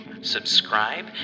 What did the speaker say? subscribe